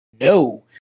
No